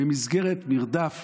במסגרת מרדף